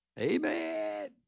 Amen